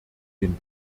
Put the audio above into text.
den